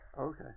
Okay